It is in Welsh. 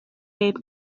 heb